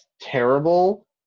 terrible